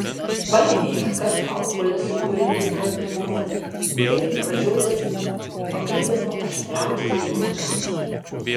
paėmė į rankas kaukolę su kuria vis dar miegodavo ir pražiodęs paklibino aštriausią jos dantį